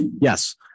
yes